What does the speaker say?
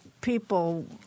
people